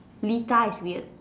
Lita is weird